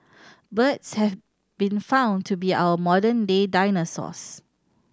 birds have been found to be our modern day dinosaurs